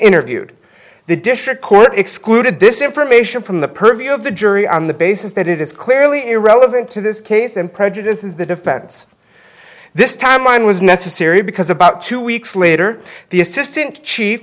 interviewed the district court excluded this information from the purview of the jury on the basis that it is clearly irrelevant to this case and prejudice is the defense this timeline was necessary because about two weeks later the assistant ch